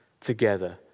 together